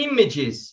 Images